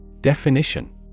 DEFINITION